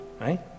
Right